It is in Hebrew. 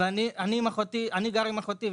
אני גר עם אחותי,